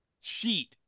sheet